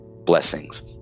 blessings